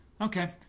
Okay